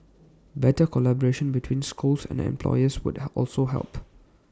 better collaboration between schools and employers would also help